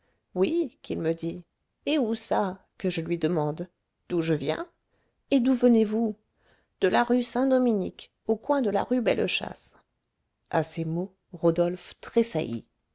oui qu'il me dit et où ça que je lui demande d'où je viens et d'où venez-vous de la rue saint-dominique au coin de la rue belle chasse à ces mots rodolphe tressaillit